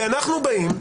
ואנחנו באים,